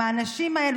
עם האנשים האלה,